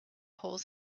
holes